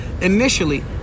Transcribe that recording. Initially